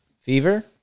fever